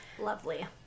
Lovely